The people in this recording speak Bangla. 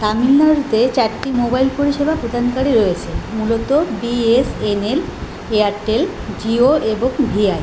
তামিলনাড়ুতে চারটি মোবাইল পরিষেবা প্রদানকারী রয়েছে মূলত বিএসএনএল এয়ারটেল জিও এবং ভিআই